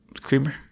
creamer